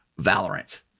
Valorant